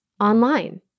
Online